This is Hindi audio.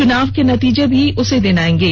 चुनाव के नतीजे भी उसी दिन आयेंगे